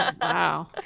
wow